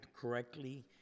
correctly